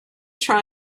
try